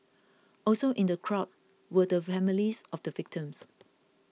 also in the crowd were the families of the victims